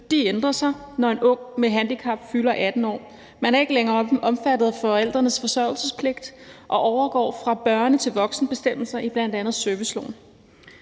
ændrer sig, når en ung med handicap fylder 18 år. Man er ikke længere omfattet af forældrenes forsørgelsespligt og overgår fra børne- til voksenbestemmelser i bl.a. serviceloven.